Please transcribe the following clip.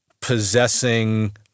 possessing